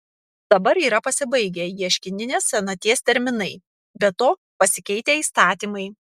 dabar yra pasibaigę ieškininės senaties terminai be to pasikeitę įstatymai